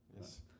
Yes